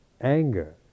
anger